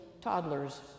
toddlers